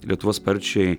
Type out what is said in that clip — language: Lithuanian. lietuva sparčiai